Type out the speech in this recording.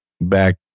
back